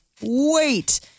wait